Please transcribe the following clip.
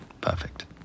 Perfect